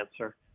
answer